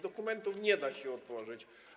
Dokumentów nie da się odtworzyć.